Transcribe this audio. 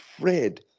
Fred